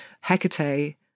Hecate